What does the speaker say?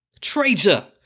Traitor